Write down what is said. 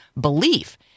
belief